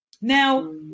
Now